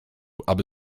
aby